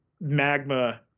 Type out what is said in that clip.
magma